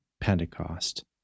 Pentecost